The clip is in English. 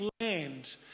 land